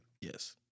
Yes